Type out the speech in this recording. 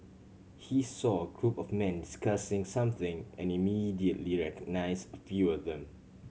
he saw a group of men discussing something and immediately recognised a few of them